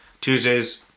Tuesdays